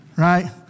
Right